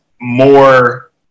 more